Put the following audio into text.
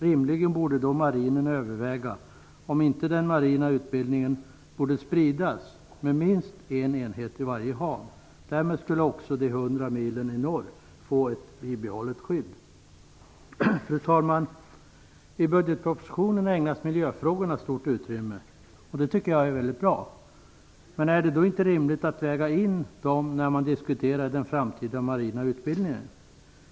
Rimligen borde då marinen överväga om inte den marina utbildningen borde spridas med minst en enhet i varje hav. Därmed skulle också de hundra milen i norr få ett bibehållet skydd. Fru talman! I budgetpropositionen ägnas miljöfrågorna stort utrymme. Det tycker jag är väldigt bra. Men är det då inte rimligt att väga in dem när man diskuterar den framtida marina utbildningen?